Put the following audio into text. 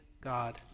God